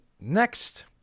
Next